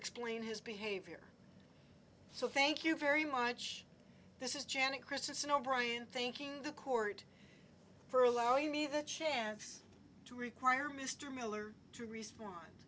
explain his behavior so thank you very much this is janet christensen o'brien thanking the court for allowing me the chance to require mr miller to respond